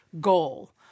goal